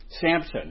Samson